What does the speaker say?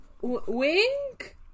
wink